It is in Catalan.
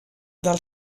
del